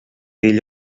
ell